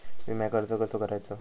विम्याक अर्ज कसो करायचो?